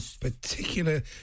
particular